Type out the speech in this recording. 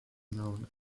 known